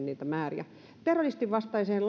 niitä määriä terrorismin vastaisesta